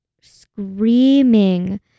screaming